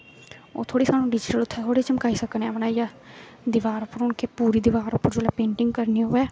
ओह् थोह्ड़ी स्हानू डिजीटल थोह्ड़ी चमकाई सकने बनाइयै दिवार उपर हून के पूरी दिवार उप्पर जिसले पैटिंग करनी होऐ